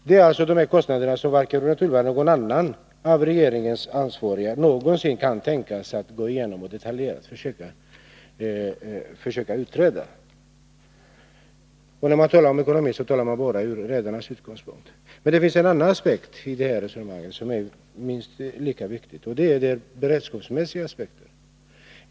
Det är alltså de här kostnaderna som varken Rune Torwald eller någon av regeringens ansvariga någonsin kan tänka sig att gå igenom i detalj och försöka utreda. När man på det hållet talar om ekonomi talar man om ekonomi bara ur redarnas synvinkel. Det finns också en annan aspekt på frågan som är minst lika viktig, och det är den beredskapsmässiga aspekten.